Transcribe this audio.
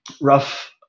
rough